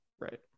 Right